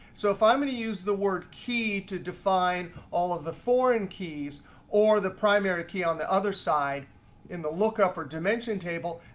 so if i'm going to use the word key to define all of the foreign keys or the primary key on the other side in the lookup or dimension table,